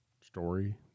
Story